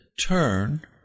turn